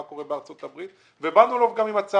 מה קורה בארצות הברית ובאנו עם הצעה.